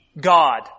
God